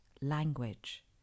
language